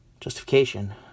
justification